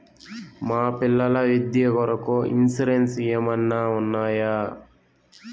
మా పిల్లల విద్య కొరకు ఇన్సూరెన్సు ఏమన్నా ఉన్నాయా?